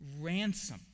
Ransom